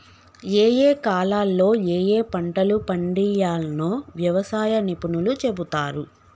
ఏయే కాలాల్లో ఏయే పంటలు పండియ్యాల్నో వ్యవసాయ నిపుణులు చెపుతారు